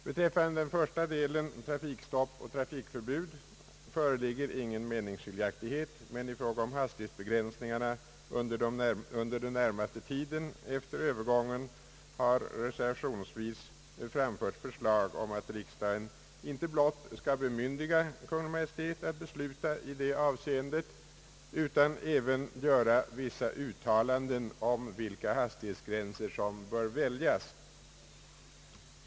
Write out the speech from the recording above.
Beträffande den första delen, trafikstopp och trafikförbud, föreligger inte några meningsskiljaktigheter, men i fråga om hastighetsbegränsningarna under den närmaste tiden efter övergången har reservationsvis framförts förslag om att riksdagen inte blott skall bemyndiga Kungl. Maj:t att besluta i det avseendet utan även göra vissa uttalanden om vilka hastighetsgränser som bör väljas.